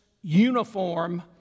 uniform